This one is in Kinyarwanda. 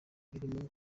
birimo